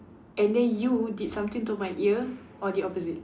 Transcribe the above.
and then you did something to my ear or the opposite